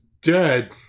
dead